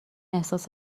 احساس